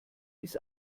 bis